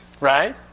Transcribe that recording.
Right